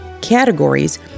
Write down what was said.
categories